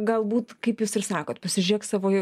galbūt kaip jūs ir sakot pasižiūrėk savo